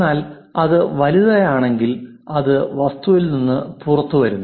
എന്നാൽ അത് വലുതാണെങ്കിൽ അത് ആ വസ്തുവിൽ നിന്ന് പുറത്തുവരുന്നു